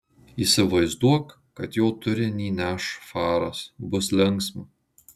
įsivaizduok kad jo turinį neš faras bus linksma